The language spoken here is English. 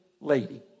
lady